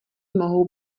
mohou